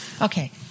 Okay